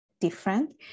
different